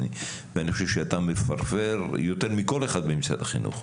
ואני חושב שאתה מפרפר יותר מכל אחד במשרד החינוך.